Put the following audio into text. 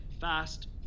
fast